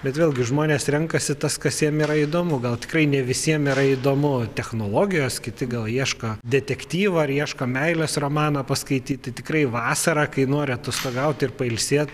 bet vėlgi žmonės renkasi tas kas jiem yra įdomu gal tikrai ne visiem yra įdomu technologijos kiti gal ieško detektyvo ar ieško meilės romano paskaityti tikrai vasarą kai nori atostogauti ir pailsėt